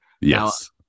yes